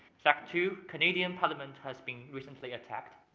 fact two, canadian parliament has been recently attacked.